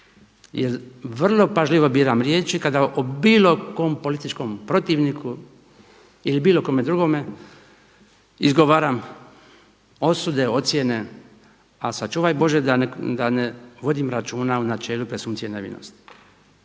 jer vrlo pažljivo biram riječi kada bilo o kojem političkom protivniku ili bilo kome drugome izgovaram osude, ocjene a sačuvaj Bože da ne vodim računa o načelu presumpcije nevinosti.